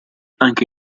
anche